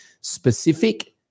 Specific